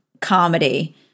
comedy